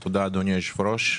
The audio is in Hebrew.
תודה, אדוני היושב-ראש.